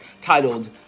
titled